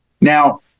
now